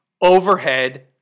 overhead